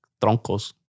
troncos